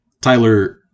Tyler